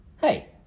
Hey